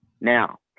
Now